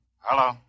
Hello